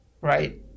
right